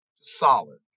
Solid